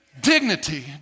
dignity